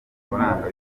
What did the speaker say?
amafaranga